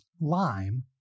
Lime